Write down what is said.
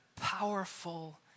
powerful